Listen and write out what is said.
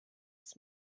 his